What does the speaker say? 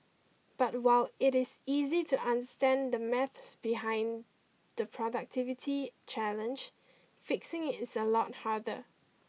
but while it is easy to understand the maths behind the productivity challenge fixing is a lot harder